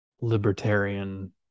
libertarian